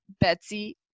Betsy